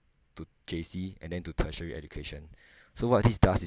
to J_C and then to tertiary education so what this does